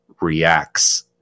reacts